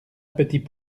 petits